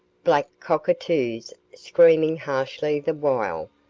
black cockatoos, screaming harshly the while,